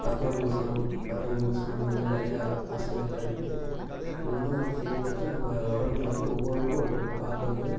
பத்மபூசனம் பத்மவிபூசனம் அந்த மாதிரி நிறையா ஆசனங்களெல்லாம் இருக்குது இது வந்து நமக்கு செய்யும் போது நம்ம உடம்புல வந்து ஒவ்வொன்றுக்கு ஒவ்வொரு பார்ட் வந்து